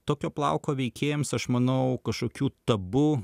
tokio plauko veikėjams aš manau kažkokių tabu